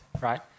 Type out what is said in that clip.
right